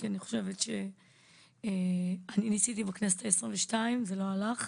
כי אני חושבת שאני ניסיתי בכנסת ה-22 וזה לא הלך.